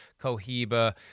Cohiba